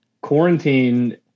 quarantine